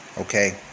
okay